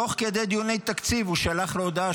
תוך כדי דיוני תקציב הוא שלח לה הודעה,